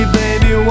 baby